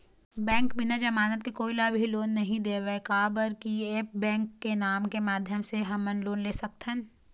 Bank बिना जमानत के कोई ला भी लोन नहीं देवे का बर की ऐप बैंक के नेम के माध्यम से हमन लोन ले सकथन?